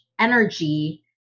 energy